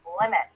limit